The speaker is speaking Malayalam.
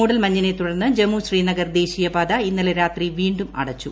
മൂടൽമഞ്ഞിനെ തുടർന്ന് ജമ്മു ശ്രീനഗർ ദേശീയപാത ഇന്നലെ രാത്രി വീും അടച്ചു